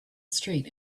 street